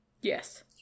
Yes